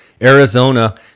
Arizona